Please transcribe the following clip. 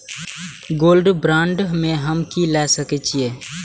Gold bond में हम की ल सकै छियै?